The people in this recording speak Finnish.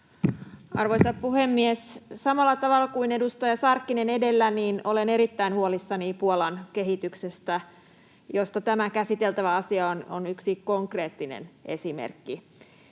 Arvoisa puhemies! Samalla tavalla kuin edustaja Sarkkinen edellä olen erittäin huolissani Puolan kehityksestä, josta tämä käsiteltävä asia on yksi konkreettinen esimerkki.